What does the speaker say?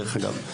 דרך אגב,